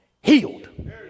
healed